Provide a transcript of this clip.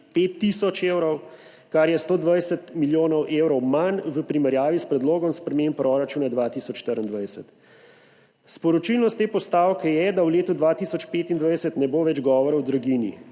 5 tisoč evrov, kar je 120 milijonov evrov manj, v primerjavi s predlogom sprememb proračuna 2024. Sporočilnost te postavke je, da v letu 2025 ne bo več govora o draginji.